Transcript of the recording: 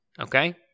Okay